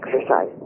exercise